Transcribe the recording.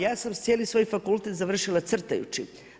Ja sam cijeli svoj fakultet završila crtajući.